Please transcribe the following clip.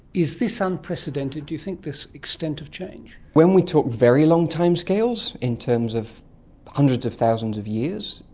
is this unprecedented, do you think, this extent of change? when we talk very long timescales in terms of hundreds of thousands of years,